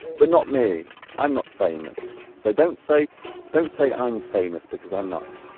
but not me i'm not famous so don't say don't say i'm famous because i'm not